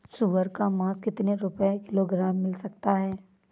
सुअर का मांस कितनी रुपय किलोग्राम मिल सकता है?